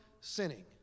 sinning